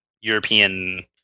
European